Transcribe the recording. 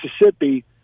Mississippi